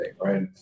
right